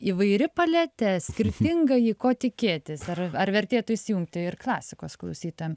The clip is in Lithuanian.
įvairi paletė skirtinga ji ko tikėtis ar ar vertėtų įsijungti ir klasikos klausytojam